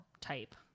type